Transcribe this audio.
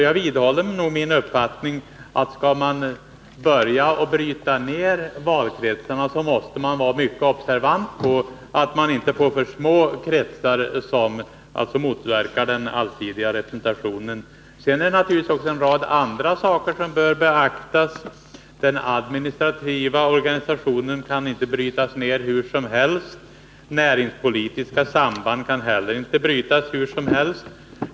Jag vidhåller mot denna bakgrund min uppfattning att man, om man skall börja bryta ned valkretsarna, måste vara observant på att man inte får för små valkretsar, som motverkar en allsidig representation. Också en rad andra saker bör beaktas. Den administrativa organisationen kan inte brytas ned hur som helst. Inte heller kan de näringspolitiska sambanden brytas upp hur som helst.